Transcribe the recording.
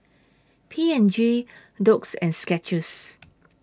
P and G Doux and Skechers